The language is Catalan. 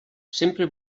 sempre